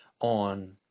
on